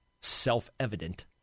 self-evident